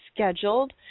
Scheduled